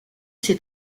ces